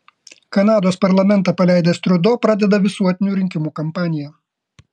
kanados parlamentą paleidęs trudo pradeda visuotinių rinkimų kampaniją